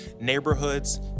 neighborhoods